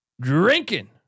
drinking